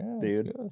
dude